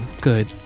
good